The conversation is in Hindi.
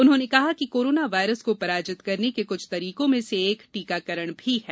उन्होंने कहा कि कोरोना वायरस को पराजित करने के क्छ तरीकों में से एक टीकाकरण भी है